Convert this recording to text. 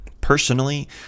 personally